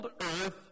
earth